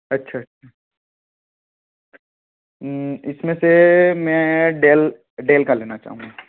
अच्छा अच्छा इसमें से मैं डेल डेल का लेना चाहूँगा